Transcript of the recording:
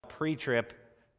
Pre-trip